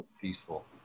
Peaceful